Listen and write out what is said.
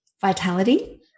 Vitality